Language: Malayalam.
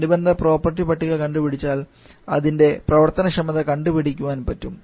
അനുബന്ധ പ്രോപ്പർട്ടി പട്ടിക കണ്ടുപിടിച്ചാൽ ഇതിൻറെ പ്രവർത്തനക്ഷമത കണ്ടു പിടിക്കാൻ പറ്റും